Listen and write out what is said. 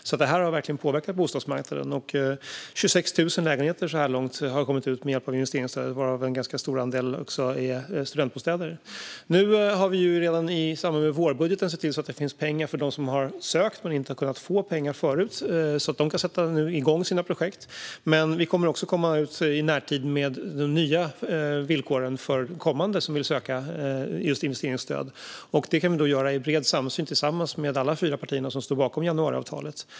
Det här har alltså verkligen påverkat bostadsmarknaden, och så här långt är det 26 000 lägenheter som har kommit ut med hjälp av investeringsstödet, varav en ganska stor andel är studentbostäder. Nu har vi redan i samband med vårbudgeten sett till att det finns pengar för dem som har sökt men inte har kunnat få pengar förut så att de kan sätta igång sina projekt. Men vi kommer också i närtid att komma ut med nya villkor för kommande som vill söka just investeringsstöd. Det kan vi göra i bred samsyn, alla fyra partier som står bakom januariavtalet.